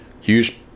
huge